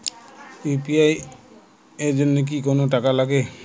UPI এর জন্য কি কোনো টাকা লাগে?